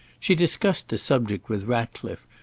she discussed the subject with ratcliffe,